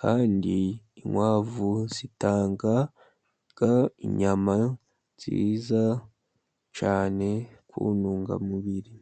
kandi inkwavu zitanga inyama nziza cyane ku ntungamubiri.